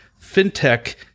fintech